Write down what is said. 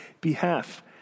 behalf